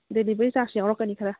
delivery charge ꯌꯥꯎꯔꯛꯀꯅꯤ ꯈꯔ